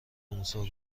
موسی